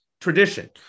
tradition